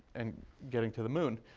and getting to the moon.